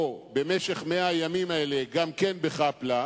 או במשך 100 הימים האלה, גם כן בחאפ-לאפ,